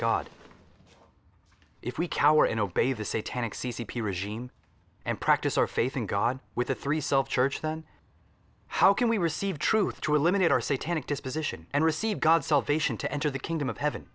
god if we cower and obey the say tanach c c p regime and practice our faith in god with the three self church then how can we receive truth to eliminate our satanic disposition and receive god's salvation to enter the kingdom of heaven